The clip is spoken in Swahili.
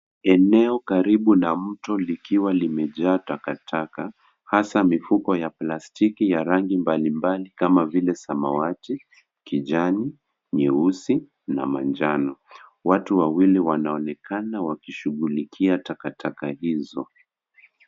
Eneo karibu na mto likiwa limejaa takataka hasa mifuko ya plastiki ya rangi mbali mbali kama vile samawati kijani nyeusi na manjano, watu wawili wanaonekana wakishughulikia takataka hizo.